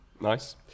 nice